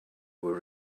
were